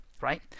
right